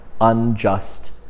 unjust